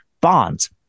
bonds